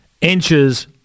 inches